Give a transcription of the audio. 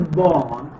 born